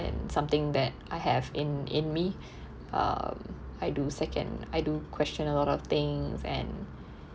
and something that I have in in me um I do second I do question a lot of things and